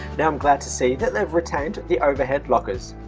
now i'm glad to see that they've retained the overhead lockers!